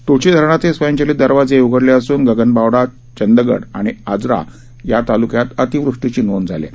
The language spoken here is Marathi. तुळशी धरणाचे स्वयंचलित दरवाजेही उघडले असून गगनबावडा चंदगड आणि आजरा तालुक्यात अतिवृष्टीची नोंद झाली आहे